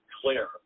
clear